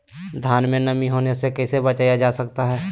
धान में नमी होने से कैसे बचाया जा सकता है?